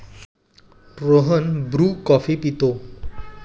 Rohan Bru coffee पितो